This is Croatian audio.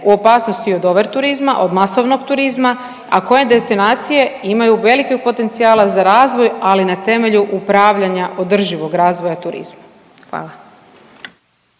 u opasnosti od overturizma, od masovnog turizma, a koje destinacije imaju velikog potencijala za razvoj ali na temelju upravljanja održivog razvoja turizma. Hvala.